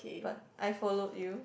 but I follow you